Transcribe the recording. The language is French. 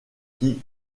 qui